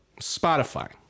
Spotify